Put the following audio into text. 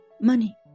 money